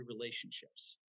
relationships